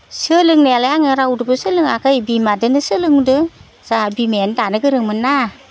सोलोंनायालाय आङो रावदोबो सोलोङाखै बिमादोनो सोलोंदो जाहा बिमायानो दानो गोरोंमोनना